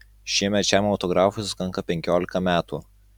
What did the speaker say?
šiemet šiam autografui sukanka penkiolika metų